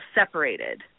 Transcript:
separated